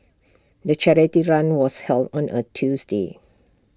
the charity run was held on A Tuesday